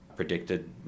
predicted